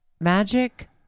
Magic